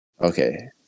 Okay